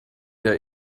der